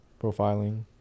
Profiling